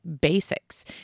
basics